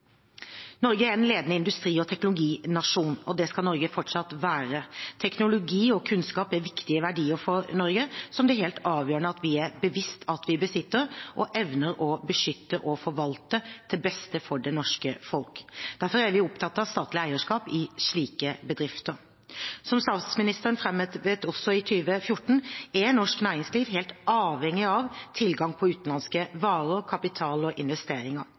Norge er en ledende industri- og teknologinasjon, og det skal Norge fortsatt være. Teknologi og kunnskap er viktige verdier for Norge som det er helt avgjørende at vi er bevisste at vi besitter – og evner å beskytte og forvalte til beste for det norske folk. Derfor er vi opptatt av statlig eierskap i slike bedrifter. Som statsministeren framhevet også i 2014, er norsk næringsliv helt avhengig av tilgang på utenlandske varer, kapital og investeringer.